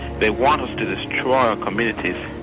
they want us to destroy our communities.